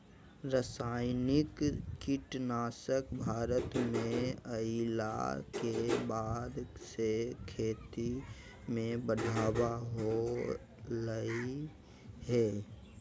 रासायनिक कीटनासक भारत में अइला के बाद से खेती में बढ़ावा होलय हें